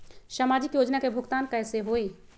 समाजिक योजना के भुगतान कैसे होई?